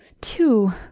Two